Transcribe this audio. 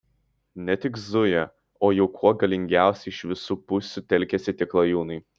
ne tik zuja o jau kuo galingiausiai iš visų pusių telkiasi tie klajūnai